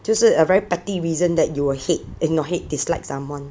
就是 a very petty reason that you will hate you know hate dislike someone